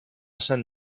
sant